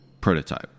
prototype